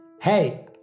Hey